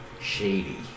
shady